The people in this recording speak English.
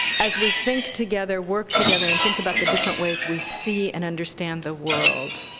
as we think together, work together, and think about the different ways we see and understand the world,